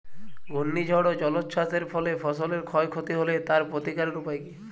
ঘূর্ণিঝড় ও জলোচ্ছ্বাস এর ফলে ফসলের ক্ষয় ক্ষতি হলে তার প্রতিকারের উপায় কী?